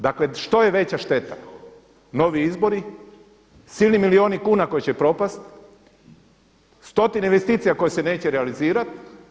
Dakle što je veća šteta, novi izbori, silni milijuni kuna koji će propasti, stotine investicija koje se neće realizirati?